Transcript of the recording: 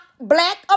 black